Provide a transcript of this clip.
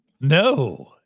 no